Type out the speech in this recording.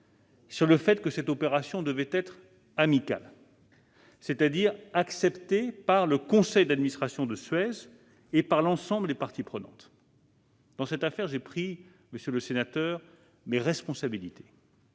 sur le fait que cette opération devait être amicale, c'est-à-dire acceptée par le conseil d'administration de Suez et par l'ensemble des parties prenantes. Dans cette affaire, monsieur le sénateur, j'ai pris mes responsabilités.